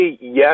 yes